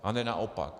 A ne naopak.